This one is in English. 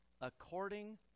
according